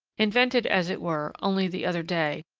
invented, as it were, only the other day,